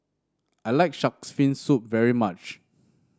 I like shark's fin soup very much